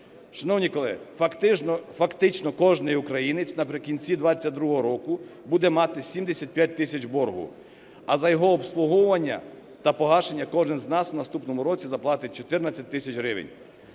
Шановні колеги, фактично кожний українець наприкінці 22-го року буде мати 75 тисяч боргу, а за його обслуговування та погашення кожен з нас в наступному році заплатить 14 тисяч гривень.